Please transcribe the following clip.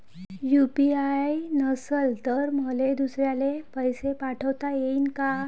UPI नसल तर मले दुसऱ्याले पैसे पाठोता येईन का?